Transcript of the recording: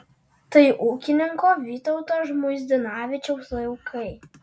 tai ūkininko vytauto žmuidzinavičiaus laukai